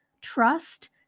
trust